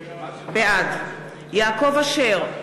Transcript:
בעד יעקב אשר,